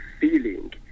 feeling